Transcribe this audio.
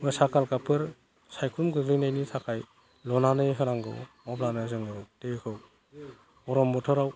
बा साकालकाफोर सायख्लुम गोग्लैनायनि थाखाय ल'नानै होनांगौ अब्लानो जोङो दैखौ गरम बोथोराव